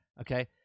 okay